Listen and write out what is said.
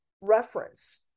reference